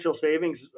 savings